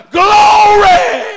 glory